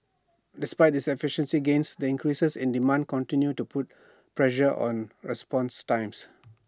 despite these efficiency gains the increases in demand continue to put pressure on response times